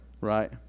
Right